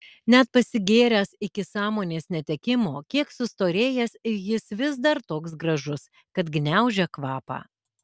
net pasigėręs iki sąmonės netekimo kiek sustorėjęs jis vis dar toks gražus kad gniaužia kvapą